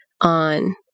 on